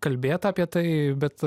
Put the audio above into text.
kalbėta apie tai bet